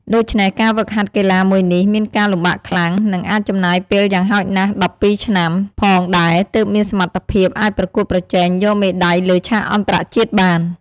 ដូច្នេះការហ្វឹកហាត់កីឡាមួយនេះមានការលំបាកខ្លាំង និងអាចចំណាយពេលយ៉ាងហោចណាស់ ១២ឆ្នាំ ផងដែរទើបមានសមត្ថភាព អាចប្រកួតប្រជែងយកមេដៃលើឆាកអន្តរជាតិបាន។